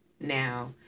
now